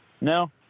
No